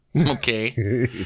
Okay